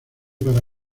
para